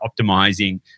optimizing